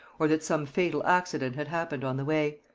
or that some fatal accident had happened on the way.